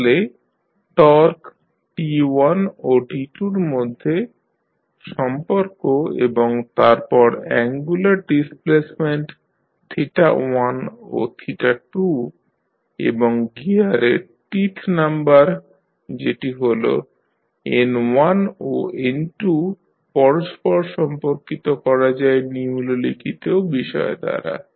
তাহলে টর্ক T1ও T2 এর মধ্যে সম্পর্ক এবং তারপর অ্যাঙ্গুলার ডিসপ্লেসমেন্ট 1 ও 2 এবং গিয়ারের টিথ নাম্বার যেটি হল N1 ও N2 পরস্পর সম্পর্কিত করা যায় নিম্নলিখিত বিষয় দ্বারা